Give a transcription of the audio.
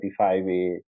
35A